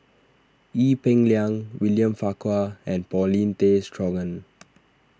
Ee Peng Liang William Farquhar and Paulin Tay Straughan